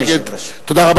תודה,